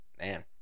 man